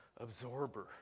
absorber